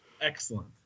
excellent